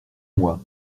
mois